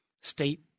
state